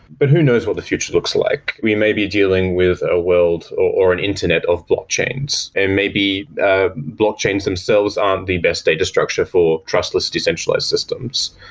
but who knows what the future looks like? we may be dealing with a world or an internet of blockchains, and maybe ah blockchains themselves aren't the best data structure for trustless decentralized systems.